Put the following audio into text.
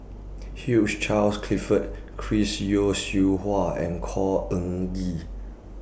Hugh Charles Clifford Chris Yeo Siew Hua and Khor Ean Ghee